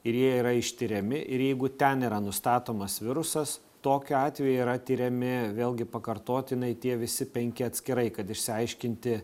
ir jie yra ištiriami ir jeigu ten yra nustatomas virusas tokiu atveju yra tiriami vėlgi pakartotinai tie visi penki atskirai kad išsiaiškinti